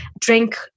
drink